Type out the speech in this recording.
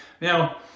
Now